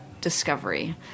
discovery